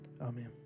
Amen